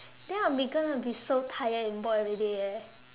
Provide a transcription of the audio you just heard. then I'm be gonna be so tired and bored everyday eh